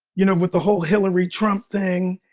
you know, with the whole hillary trump thing,